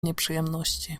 nieprzyjemności